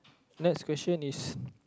next question is